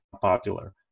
popular